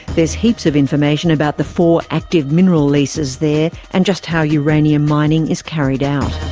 there's heaps of information about the four active mineral leases there and just how uranium mining is carried out.